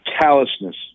callousness